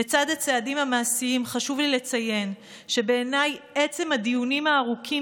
לצד הצעדים המעשיים חשוב לי לציין שבעיניי עצם הדיונים הארוכים